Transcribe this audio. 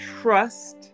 trust